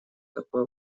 такое